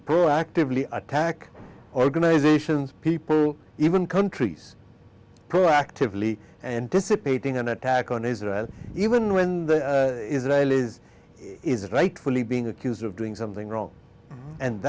proactively attack organizations people even countries proactively anticipating an attack on israel even when the israelis is rightfully being accused of doing something wrong and